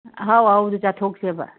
ꯑꯍꯥꯎ ꯑꯍꯥꯎꯕꯗꯨ ꯆꯥꯊꯣꯛꯁꯦꯕ